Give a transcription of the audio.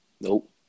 Nope